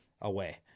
away